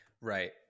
Right